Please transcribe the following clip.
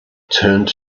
turned